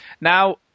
Now